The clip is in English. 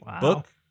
book